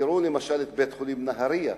תראו למשל את בית-החולים בנהרייה,